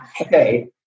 Okay